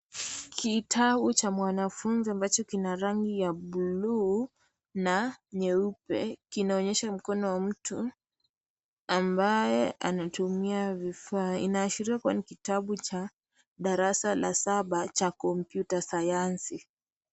Kitabu cha mwanafunzi ,kina rangi ya blue na nyeupe. Kinaonyesha mkono wa mtu ambaye anatumia vifaa. Inashiria kuwa ni kitabu cha darasa la saba cha kompyuta sayansi.